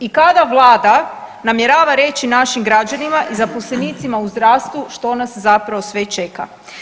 I kada Vlada namjerava reći našim građanima i zaposlenicima u zdravstvu što nas zapravo sve čeka?